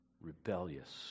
Rebellious